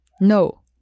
No